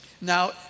Now